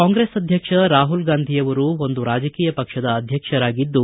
ಕಾಂಗ್ರೆಸ್ ಅಧ್ಯಕ್ಷ ರಾಹುಲ್ ಗಾಂಧಿಯವರು ಒಂದು ರಾಜಕೀಯ ಪಕ್ಷದ ಅಧ್ಯಕ್ಷರಾಗಿದ್ದು